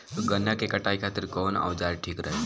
गन्ना के कटाई खातिर कवन औजार ठीक रही?